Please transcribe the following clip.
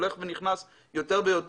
זה הולך ונכנס יותר ויותר.